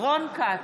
רון כץ,